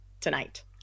tonight